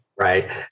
Right